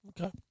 Okay